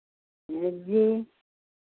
जी